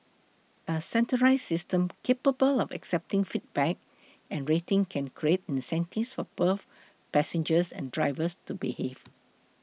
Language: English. a centralised system capable of accepting feedback and rating can create incentives for both passengers and drivers to behave